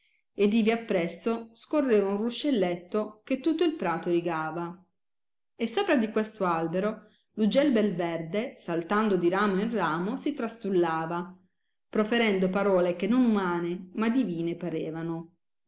ed ivi appresso scorreva un ruscelletto che tutto il prato rigava e sopra di questo albero l ugel bel verde saltando di ramo in ramo si trastullava proferendo parole che non umane ma divine parevano